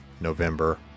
November